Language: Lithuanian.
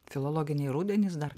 filologiniai rudenys dar